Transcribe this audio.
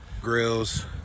Grills